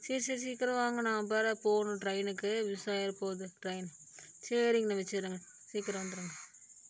சரி சரி சீக்கிரம் வாங்கண்ணா நான் வேறு போகணும் ட்ரெயினுக்கு மிஸ் ஆயிடப்போது ட்ரெயின் சரிங்ணா வச்சுடுறேங்க சீக்கிரம் வந்துடுங்க